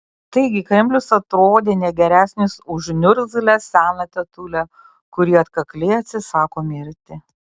taigi kremlius atrodė ne geresnis už niurgzlę seną tetulę kuri atkakliai atsisako mirti